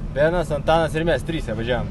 benas antanas ir mes trise važiavom